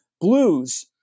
blues